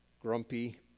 grumpy